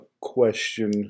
question